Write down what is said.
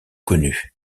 connue